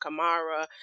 Kamara